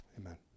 amen